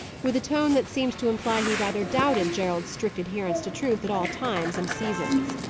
with a tone that seemed to imply he rather doubted gerald's strict adherence to truth at all times and seasons.